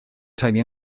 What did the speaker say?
teulu